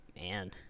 Man